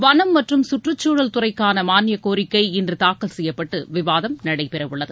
வனம் மற்றும் சுற்றுச்சூழல் துறைக்கான மானியக் கோரிக்கை இன்று தாக்கல் செய்யப்பட்டு விவாதம் நடைபெற உள்ளது